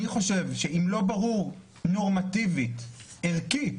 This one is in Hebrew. אני חושב שאם לא ברור נורמטיבית ערכית